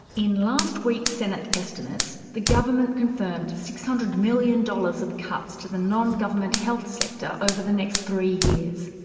in last week's senate estimates, the government confirmed six hundred million dollars of cuts to the non-government health sector over the next three years.